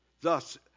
Thus